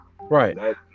Right